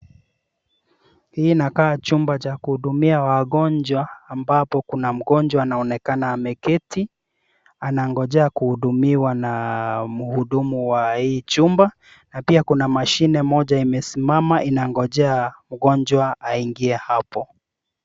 Hii inakaa chumba cha kuhudumia wagonjwa ambapo kuna mgonjwa anaonekana ameketi, anangojea kuhudumiwa na mhudumu wa hii chumba, na pia kuna mashine moja imesimama inangojea mgonjwa aingie hapo.